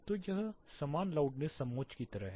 तो यह समान लाउडनेस समोच्च की तरह है